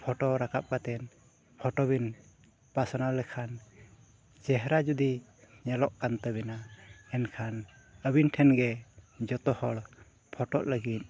ᱨᱟᱠᱟᱵ ᱠᱟᱛᱮᱫ ᱵᱤᱱ ᱯᱟᱥᱱᱟᱣ ᱞᱮᱠᱷᱟᱱ ᱪᱮᱦᱨᱟ ᱡᱩᱫᱤ ᱧᱮᱞᱚᱜ ᱠᱟᱱ ᱛᱟᱹᱵᱤᱱᱟ ᱮᱱᱠᱷᱟᱱ ᱟᱹᱵᱤᱱ ᱴᱷᱮᱱ ᱜᱮ ᱡᱚᱛᱚ ᱦᱚᱲ ᱚᱜ ᱞᱟᱹᱜᱤᱫ